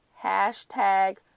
hashtag